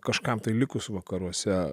kažkam tai likus vakaruose